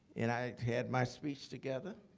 and i had my speech together.